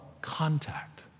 Contact